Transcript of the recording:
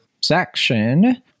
section